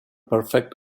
perfect